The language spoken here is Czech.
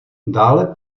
dále